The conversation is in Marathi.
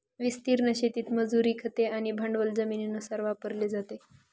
विस्तीर्ण शेतीत मजुरी, खते आणि भांडवल जमिनीनुसार वापरले जाते